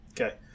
Okay